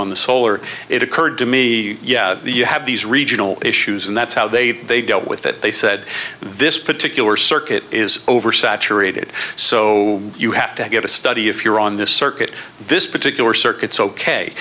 on the solar it occurred to me yeah you have these regional issues and that's how they they dealt with it they said this particular circuit is oversaturated so you have to get a study if you're on this circuit this particular circuits ok